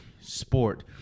sport